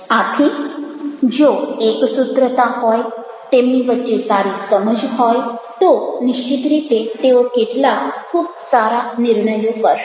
આથી જો એકસૂત્રતા હોય તેમની વચ્ચે સારી સમજ હોય તો નિશ્ચિત રીતે તેઓ કેટલાક ખૂબ સારા નિર્ણયો કરશે